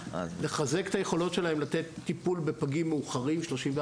לחזק את היכולות שלהם לתת טיפול בפגים מאוחרים בשבועות 34,